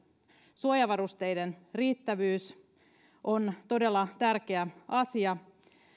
suojavarusteiden riittävyys on todella tärkeä asia